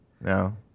no